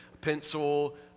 pencil